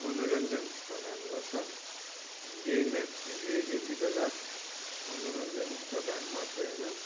मनोरञ्जन प्रदान गर्छ अनि यही म्याच यतिबेला मनोरञ्जन प्रदान मात्र होइन